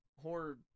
horror